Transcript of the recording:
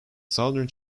southern